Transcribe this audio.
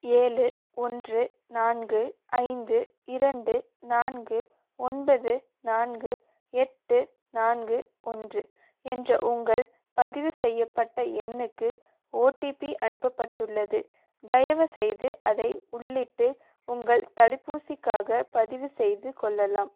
ஏழு ஒன்று நான்கு ஐந்து இரண்டு நான்கு ஒன்பது நான்கு எட்டு நான்கு ஒன்று என்ற உங்கள் பதிவு செய்யப்பட்ட எண்ணுக்கு ஓடிபி அனுப்பப்பட்டுள்ளது தயவுசெய்து அதை உள்ளிட்டு உங்கள் தடுப்பூசிக்காகப் பதிவுசெய்து கொள்ளலாம்